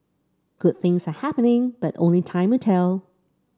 good things are happening but only time will tell